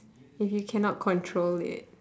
if you cannot control it